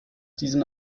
diesen